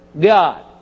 God